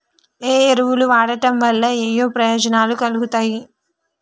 ఏ ఎరువులు వాడటం వల్ల ఏయే ప్రయోజనాలు కలుగుతయి?